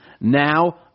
Now